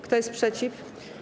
Kto jest przeciw?